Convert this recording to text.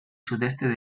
sudeste